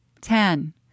Ten